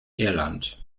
irland